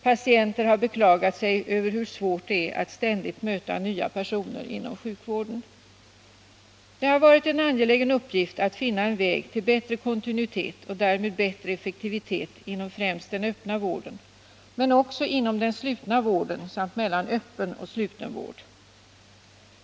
Patienter har beklagat sig över hur svårt det är att ständigt möta nya personer inom sjukvården. Det har varit en angelägen uppgift att finna en väg till bättre kontinuitet och därmed bättre effektivitet inom främst den öppna sjukvården men också inom den slutna vården samt mellan öppen och sluten vård.